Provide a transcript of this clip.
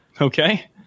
Okay